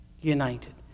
united